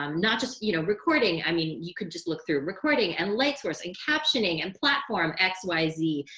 um not just, you know, recording. i mean, you could just look through recording and light source and captioning and platform x, y, z.